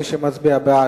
מי שמצביע בעד,